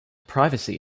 privacy